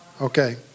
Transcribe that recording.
Okay